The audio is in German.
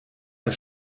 der